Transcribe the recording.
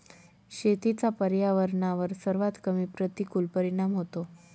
शेतीचा पर्यावरणावर सर्वात कमी प्रतिकूल परिणाम होतो